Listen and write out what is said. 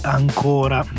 ancora